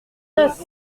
noce